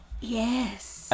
yes